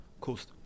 coast